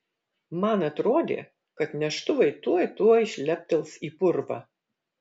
man atrodė kad neštuvai tuoj tuoj šleptels į purvą